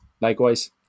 Likewise